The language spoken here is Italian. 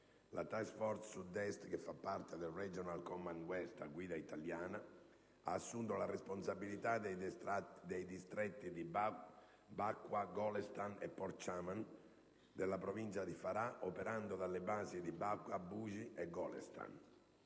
la *Task Force South East*, che fa parte del *Regional Command* *West* a guida italiana, ha assunto la responsabilità dei distretti di Bakwa, Golestan e Por Chaman della provincia di Farah, operando dalle basi di Bakwa, Buji e Golestan.